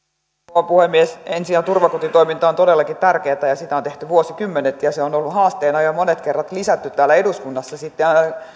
rouva puhemies ensi ja turvakotitoiminta on todellakin tärkeätä ja sitä on tehty vuosikymmenet ja se on on ollut haasteena ja jo monet kerrat on lisätty täällä eduskunnassa sitten